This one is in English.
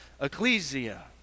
Ecclesia